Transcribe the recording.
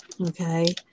Okay